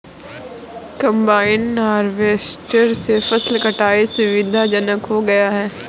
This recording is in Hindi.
कंबाइन हार्वेस्टर से फसल कटाई सुविधाजनक हो गया है